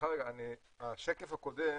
בשקף הקודם